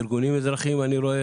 ארגונים אזרחיים אני רואה,